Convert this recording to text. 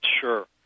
Sure